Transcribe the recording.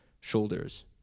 shoulders